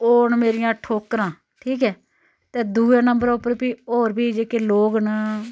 ते ओह् न मेरियां ठोकरां ठीक ऐ ते दुए नंबर उप्पर फ्ही होर जेह्के लोक न